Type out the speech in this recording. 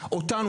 אותם,